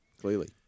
clearly